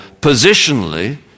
positionally